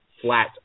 flat